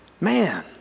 man